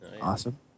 Awesome